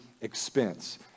expense